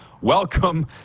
Welcome